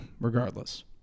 regardless